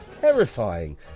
terrifying